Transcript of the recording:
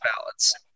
ballots